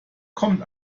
kommt